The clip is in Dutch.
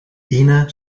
ine